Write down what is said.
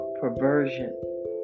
perversion